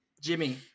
Jimmy